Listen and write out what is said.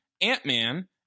ant-man